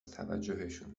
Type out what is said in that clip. توجهشون